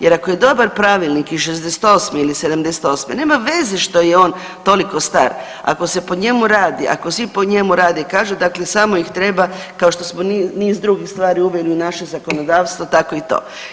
Jer ako je dobar pravilnik iz '68. ili '78. nema veze što je on toliko star, ako se po njemu radi, ako svi po njemu rade i kaže dakle samo ih treba kao što smo niz drugih stvari uveli u naše zakonodavstvo tako i to.